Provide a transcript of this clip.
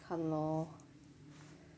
看 lor